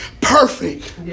perfect